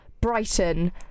Brighton